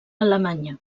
alemanya